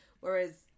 whereas